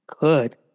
Good